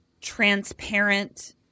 transparent